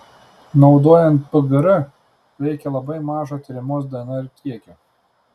naudojant pgr reikia labai mažo tiriamos dnr kiekio